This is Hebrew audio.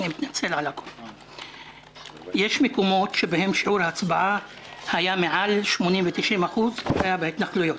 יש מקומות בהם שיעור ההצבעה היה מעל 80% ו-90% וזה בהתנחלויות,